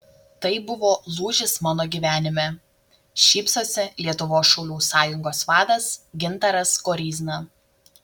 tai buvo lūžis mano gyvenime šypsosi lietuvos šaulių sąjungos vadas gintaras koryzna